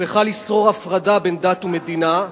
צריכה לשרור הפרדה בין דת למדינה.